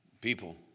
People